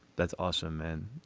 that's awesome and